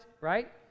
Right